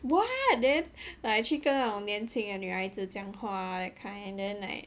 what then like 去跟那种年轻的女孩子讲话 that kind and then like